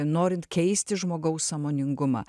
norint keisti žmogaus sąmoningumą